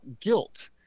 guilt